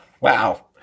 Wow